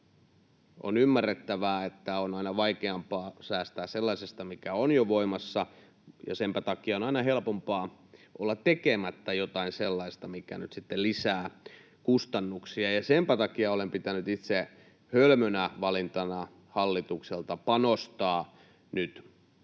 On ymmärrettävää, että on aina vaikeampaa säästää sellaisesta, mikä on jo voimassa, ja senpä takia on aina helpompaa olla tekemättä jotain sellaista, mikä nyt sitten lisää kustannuksia. Senpä takia olen pitänyt itse hölmönä valintana hallitukselta panostaa nyt